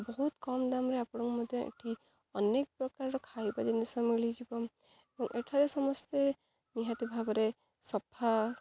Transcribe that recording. ବହୁତ କମ୍ ଦାମରେ ଆପଣ ମଧ୍ୟ ଏଠି ଅନେକ ପ୍ରକାରର ଖାଇବା ଜିନିଷ ମିଳିଯିବ ଏବଂ ଏଠାରେ ସମସ୍ତେ ନିହାତି ଭାବରେ ସଫା